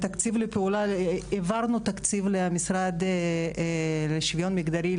תקציב לפעולה העברנו תקציב למשרד לשוויון מגדרי,